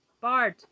Bart